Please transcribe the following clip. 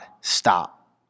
stop